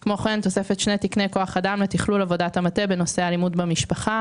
כמו כן תוספת שני תקני כוח אדם לתכלול עבודת המטה בנושא אלימות במשפחה.